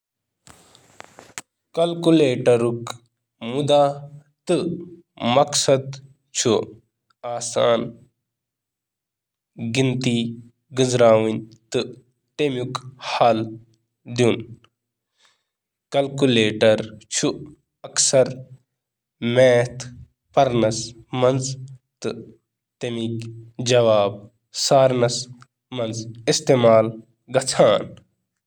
کیلکولیٹرُک مقصد چُھ نمبرن ہنٛز گنتی کرُن تہٕ اکثر چُھ ریاضیاتی سوالاتن حل کرنہٕ خٲطرٕ استعمال یوان کرنہٕ۔